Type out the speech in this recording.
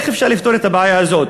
איך אפשר לפתור את הבעיה הזאת?